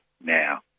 now